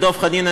את דב חנין,